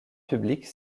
publique